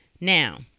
Now